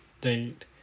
date